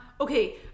Okay